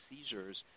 seizures